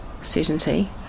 certainty